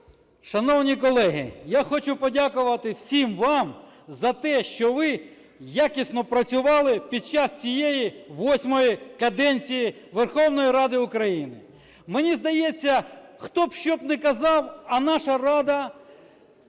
Шановні колеги, я хочу подякувати всім вам за те, що ви якісно працювали під час цієї восьмої каденції Верховної Ради України. Мені здається, хто б що б не казав, а наша Рада